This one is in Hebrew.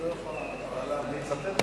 יצטרכו